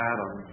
Adam